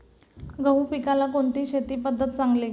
गहू पिकाला कोणती शेती पद्धत चांगली?